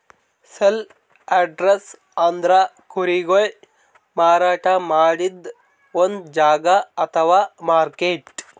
sale yards ಅಂದ್ರ ಕುರಿಗೊಳಿಗ್ ಮಾರಾಟ್ ಮಾಡದ್ದ್ ಒಂದ್ ಜಾಗಾ ಅಥವಾ ಮಾರ್ಕೆಟ್